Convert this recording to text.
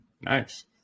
Nice